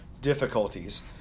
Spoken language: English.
difficulties